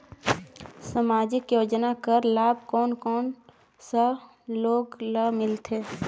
समाजिक योजना कर लाभ कोन कोन सा लोग ला मिलथे?